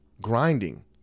grinding